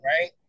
right